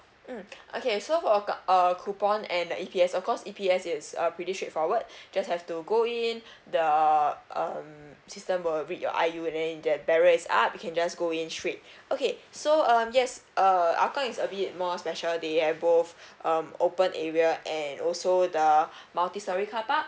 mm okay so for ho~ uh coupon and E_P_S of course E_P_S it's a pretty straightforward just have to go in the um system will read your I_U_N_A then that barrier raise up you can just go in straight okay so um yes uh hougang is a bit more special they have both um open area and also the multi storey carpark